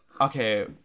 Okay